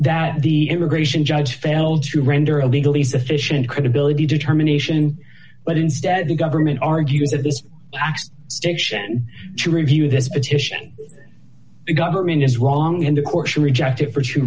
that the immigration judge failed to render a legally sufficient credibility determination but instead the government argues that this stiction to review this petition the government is wrong and of course you reject it